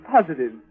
positive